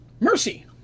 Mercy